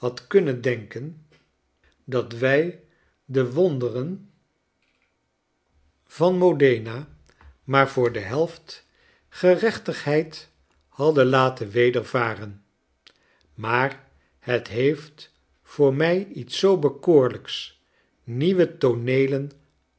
kunnen denken dat wij de wonderen van tusschen bologna en ferraea modena maar voor de helft gerechtigheid hadden laten weder varen maar het heeft voor raij iets zoo bekoorlijks nieuwe